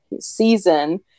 season